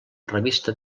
revista